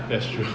that's true